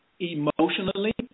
emotionally